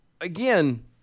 again